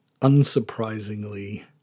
unsurprisingly